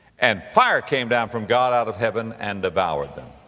and fire came down from god out of heaven, and devoured them.